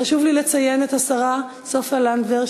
חשוב לי לציין את השרה סופה לנדבר,